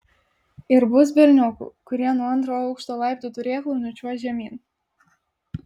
ir bus berniokų kurie nuo antro aukšto laiptų turėklų nučiuoš žemyn